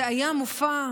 זה היה מופע,